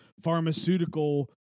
pharmaceutical